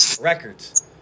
records